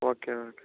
okay okay